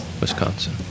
Wisconsin